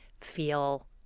feel